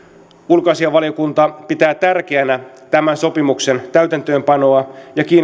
ulkoasiainvaliokunta pitää tärkeänä tämän sopimuksen täytäntöönpanoa